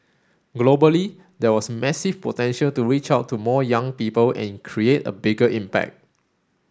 globally there was massive potential to reach out to more young people and create a bigger impact